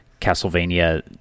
Castlevania